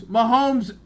Mahomes